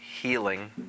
healing